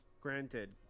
granted